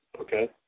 okay